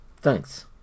Thanks